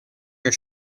your